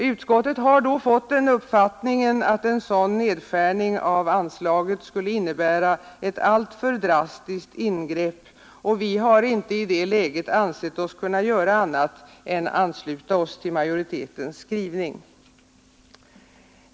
Utskottet fick då den uppfattningen att en sådan nedskärning av anslaget skulle innebära ett alltför drastiskt ingrepp. Vi har i det läget inte ansett oss kunna göra annat än ansluta oss till majoritetens skrivning.